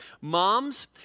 Moms